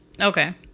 Okay